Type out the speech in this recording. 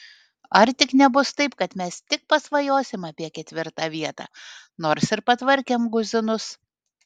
ar tik nebus taip kad mes tik pasvajosim apie ketvirtą vietą nors ir patvarkėm guzinus